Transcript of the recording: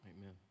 Amen